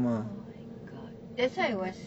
oh my god that's why I was